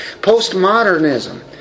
Postmodernism